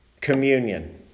communion